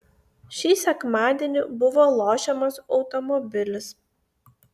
šį sekmadienį buvo lošiamas automobilis